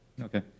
okay